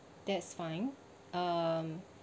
that is fine um